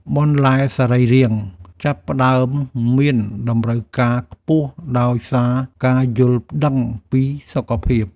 បន្លែសរីរាង្គ ចាប់ផ្ដើមមានតម្រូវការខ្ពស់ដោយសារការយល់ដឹងពីសុខភាព។